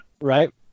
Right